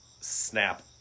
snap